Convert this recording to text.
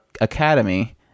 Academy